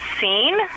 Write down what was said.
seen